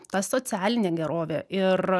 ta socialinė gerovė ir